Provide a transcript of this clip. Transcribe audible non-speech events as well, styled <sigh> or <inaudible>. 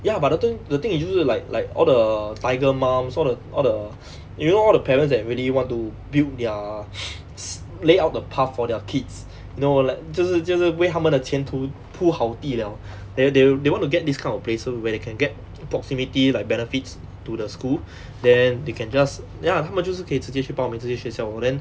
ya but the thi~ thing is 就是 like like all the tiger mums all the all the you know all the parents that really want to build their <noise> s~ lay out the path for their kids you know know like 就是就是 like 为他们的前途铺好地 liao then they they want to get these kind of places where they can get proximity like benefits to the school then they can just ya 他们就是可以直接去报名这些学校 lor then